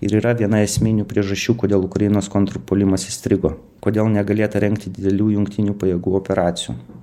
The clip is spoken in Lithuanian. ir yra viena esminių priežasčių kodėl ukrainos kontrpuolimas įstrigo kodėl negalėta rengti didelių jungtinių pajėgų operacijų